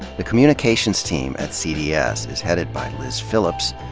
the communications team at cds is headed by liz phillips.